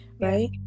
right